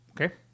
Okay